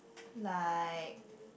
like